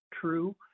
true